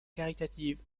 caritative